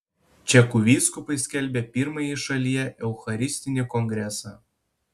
čekų vyskupai skelbia pirmąjį šalyje eucharistinį kongresą